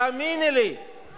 חשבתי שאולי טעיתי בכתובת.